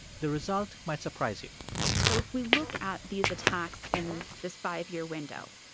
the result might surprise you so if we look at these attacks in this five-year window,